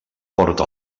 porta